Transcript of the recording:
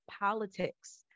politics